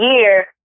year